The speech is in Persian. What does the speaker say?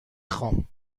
خوام